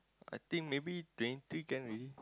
I think maybe twenty three can already